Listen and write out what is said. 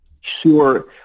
Sure